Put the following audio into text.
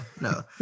no